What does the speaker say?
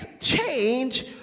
change